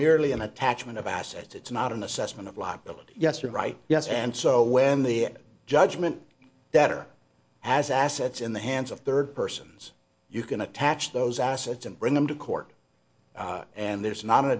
merely an attachment of assets it's not an assessment of liability yesterday right yes and so when the judgment that or as assets in the hands of third persons you can attach those assets and bring them to court and there's not an